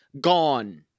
gone